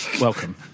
Welcome